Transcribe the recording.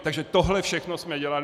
Takže tohle všechno jsme dělali.